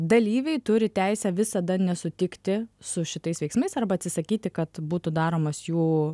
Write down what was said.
dalyviai turi teisę visada nesutikti su šitais veiksmais arba atsisakyti kad būtų daromas jų